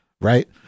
right